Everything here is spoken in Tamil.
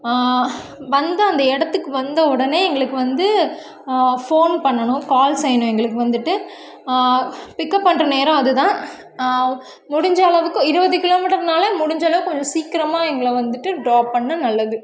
வந்து அந்த இடத்துக்கு வந்த உடனே எங்களுக்கு வந்து ஃபோன் பண்ணணும் கால் செய்யணும் எங்களுக்கு வந்துவிட்டு பிக்அப் பண்ணுற நேரம் அது தான் முடிஞ்சளவுக்கு இருபது கிலோமீட்டர்னால முடிஞ்சளவுக்கு கொஞ்சம் சீக்கிரமாக எங்களை வந்துவிட்டு ட்ராப் பண்ணால் நல்லது